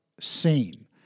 seen